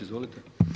Izvolite.